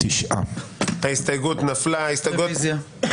פחות עבודה כשיש הסתייגויות